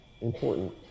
important